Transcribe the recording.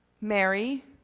Mary